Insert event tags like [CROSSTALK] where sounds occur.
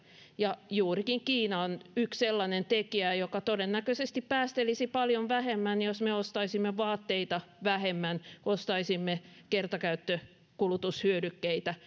juurikin kiina on yksi sellainen tekijä joka todennäköisesti päästelisi paljon vähemmän jos me ostaisimme vaatteita vähemmän ostaisimme paljon vähemmän kertakäyttökulutushyödykkeitä [UNINTELLIGIBLE]